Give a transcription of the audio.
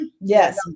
Yes